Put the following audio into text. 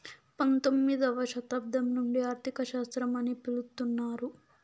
పంతొమ్మిదవ శతాబ్దం నుండి ఆర్థిక శాస్త్రం అని పిలుత్తున్నారు